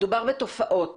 מדובר בתופעות.